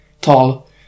tall